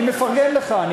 לא, אני מפרגן לך.